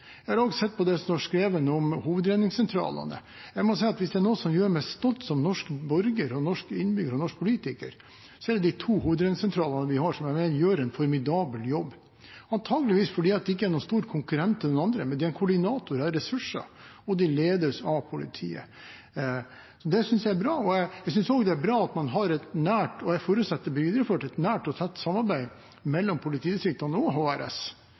står skrevet om hovedredningssentralene. Jeg må si at hvis det er noe som gjør meg stolt som norsk borger – norsk innbygger – og norsk politiker, er det de to hovedredningssentralene vi har, som jeg mener gjør en formidabel jobb, antakeligvis fordi de ikke er noen stor konkurrent til noen andre. De koordinerer ressurser, og de ledes av politiet. Det synes jeg er bra. Jeg synes også det er bra at det er et nært – og jeg forutsetter at det blir videreført – og tett samarbeid mellom politidistriktene og HRS,